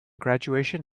graduation